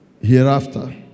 hereafter